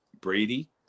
Brady